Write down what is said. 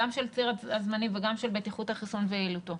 גם של פרק הזמנים וגם של בטיחות החיסון ויעילותו.